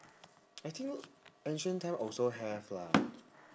I think ancient time also have lah